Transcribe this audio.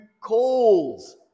calls